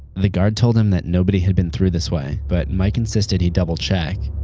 the guard told him that nobody had been through this way, but mike insisted he double check.